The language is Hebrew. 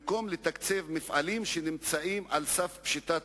במקום לתקצב מפעלים שנמצאים על סף פשיטת